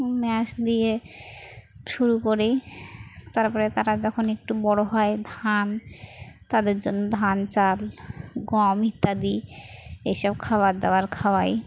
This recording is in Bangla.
ম্যাজ দিয়ে শুরু করে তারপরে তারা যখন একটু বড়ো হয় ধান তাদের জন্য ধান চাল গম ইত্যাদি এসব খাবার দাবার খাওয়াই